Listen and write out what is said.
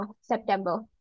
September